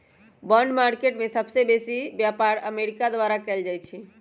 bond market में सबसे बेसी व्यापार अमेरिका द्वारा कएल जाइ छइ